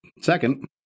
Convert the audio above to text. Second